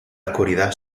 oscuridad